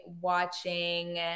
watching –